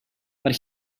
but